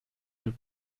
will